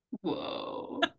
Whoa